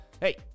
hey